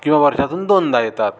किंवा वर्षातून दोनदा येतात